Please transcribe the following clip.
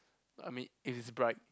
I mean if it's bright